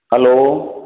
hello